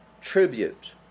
tribute